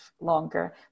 longer